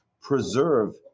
preserve